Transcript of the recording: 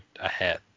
ahead